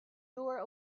door